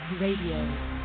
Radio